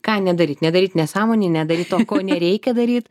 ką nedaryt nedaryt nesąmonė nedaryt to ko nereikia daryt